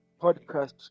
podcast